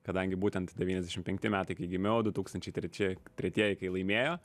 kadangi būtent devyniasdešimt penkti metai kai gimiau du tūkstančiai treči tretieji kai laimėjo